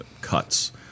cuts